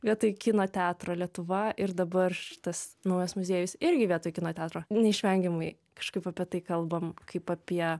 vietoj kino teatro lietuva ir dabar šitas naujas muziejus irgi vietoj kino teatro neišvengiamai kažkaip apie tai kalbam kaip apie